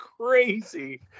crazy